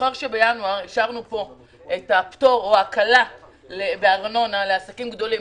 זוכר שבינואר אישרנו פה את הפטור או את ההקלה בארנונה לעסקים גדולים,